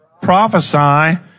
prophesy